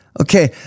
Okay